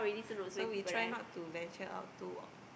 so we try not to venture out too